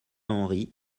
henry